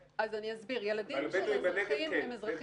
אבל בדואים בנגב כן.